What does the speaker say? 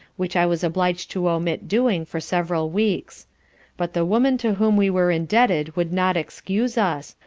which i was obliged to omit doing for several weeks but the woman to whom we were indebted would not excuse us,